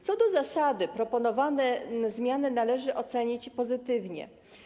Co do zasady proponowane zmiany należy ocenić pozytywnie.